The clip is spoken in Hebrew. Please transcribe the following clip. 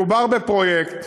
מדובר בפרויקט,